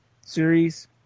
series